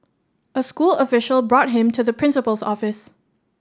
a school official brought him to the principal's office